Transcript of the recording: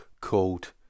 called